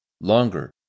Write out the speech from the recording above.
longer